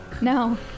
No